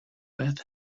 bad